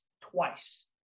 twice